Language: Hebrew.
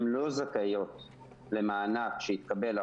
הם לא זכאיות למענק שהתקבל,